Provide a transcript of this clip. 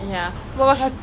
who is that